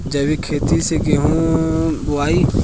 जैविक खेती से गेहूँ बोवाई